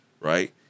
right